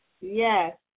Yes